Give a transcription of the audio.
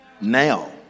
Now